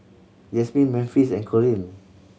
Jazmin Memphis and Corrine